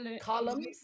columns